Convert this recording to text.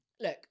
look